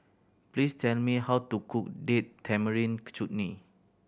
please tell me how to cook Date Tamarind Chutney